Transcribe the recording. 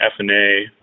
FNA